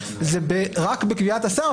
זה רק בקביעת השר,